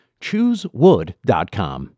Choosewood.com